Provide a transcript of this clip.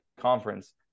conference